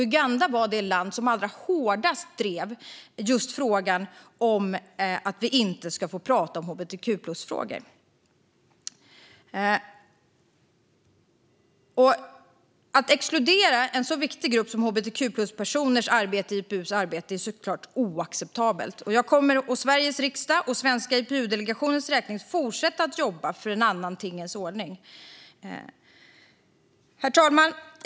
Uganda var det land som allra hårdast drev frågan om att vi inte skulle få tala om hbtq-plus-frågor. Att exkludera en sådan viktig grupp som hbtq-plus-personer i IPU:s arbete är självfallet oacceptabelt. Jag kommer å Sveriges riksdags och den svenska IPU-delegationens räkning att fortsätta att jobba för en annan tingens ordning. Herr talman!